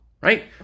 right